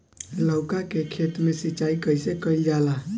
लउका के खेत मे सिचाई कईसे कइल जाला?